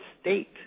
state